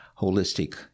holistic